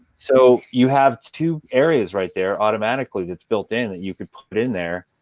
so you have two areas right there automatically that's built-in that you can put in there.